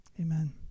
Amen